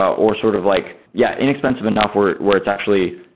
ah or sort of like yeah, inexpensive enough where where it's actually,